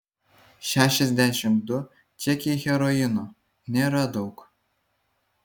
šešiasdešimt du čekiai heroino nėra daug